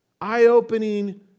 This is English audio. eye-opening